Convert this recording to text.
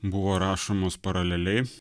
buvo rašomos paraleliai